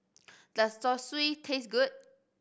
does Zosui taste good